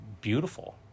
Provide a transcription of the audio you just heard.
beautiful